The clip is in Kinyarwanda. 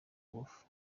ngufu